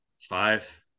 Five